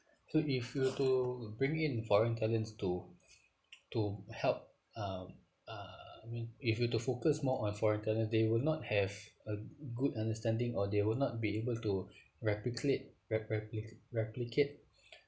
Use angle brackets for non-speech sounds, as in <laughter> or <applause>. so if you were to bring in foreign talents to <noise> to help um uh I mean if you to focus more on foreign talent they will not have a good understanding or they will not be able <breath> to replicate re~ repli~ replicate <breath>